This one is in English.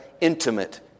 intimate